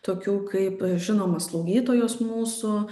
tokių kaip žinoma slaugytojos mūsų